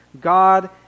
God